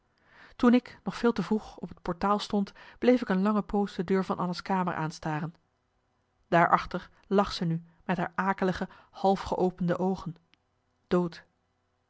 toen ik nog veel te vroeg op het portaal stond bleef ik een lange poos de deur van anna's kamer aanstaren daar achter lag ze nu met haar akelige half geopende oogen dood